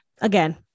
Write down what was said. again